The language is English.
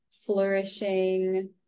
flourishing